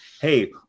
hey